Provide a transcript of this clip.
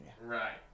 right